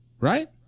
Right